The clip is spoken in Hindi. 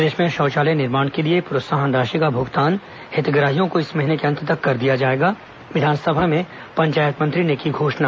प्रदेश में शौचालय निर्माण के लिए प्रोत्साहन राशि का भुगतान हितग्राहियों को इस महीने के अंत तक कर दिया जाएगा विधानसभा में पंचायत मंत्री ने की घोषणा